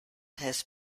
has